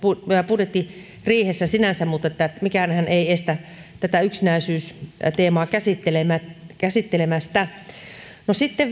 budjettiriihessä sinänsä mutta että mikäänhän ei estä tätä yksinäisyysteemaa käsittelemästä sitten